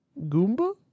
Goomba